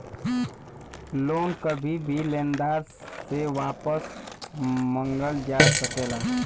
loan कभी भी लेनदार से वापस मंगल जा सकला